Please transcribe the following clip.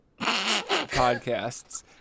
podcasts